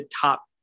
top